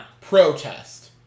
protest